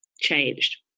changed